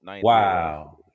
Wow